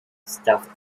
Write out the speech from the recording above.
stuffed